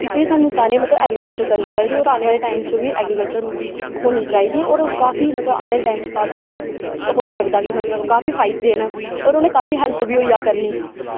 इस लेई सानू सारें मतलब एग्रीकल्चर करनी चाहिदी और आने आह्ले टाइम च वी एग्रीकल्चर होनी चाहिदी और काफी मतलव आने आह्ले टाइम च काफी होई सकदा कि मतलब काफी फायदे न और उनें काफी हैल्प वी होइया करनी